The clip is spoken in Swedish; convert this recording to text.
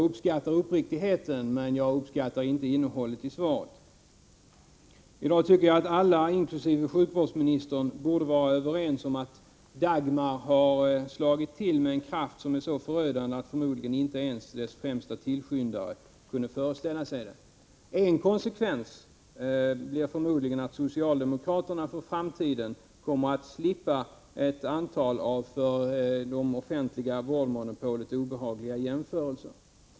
Jag uppskattar uppriktigheten men inte innehållet i svaret. I dag tycker jag att alla inkl. sjukvårdsministern borde vara överens om att Dagmar har slagit till med en kraft som är så förödande att förmodligen inte ens dess främste tillskyndare kunde föreställa sig det. En av konsekvenserna blir förmodligen att socialdemokraterna för framtiden kommer att slippa ett antal för det offentliga vårdmonopolet obehagliga jämförelser.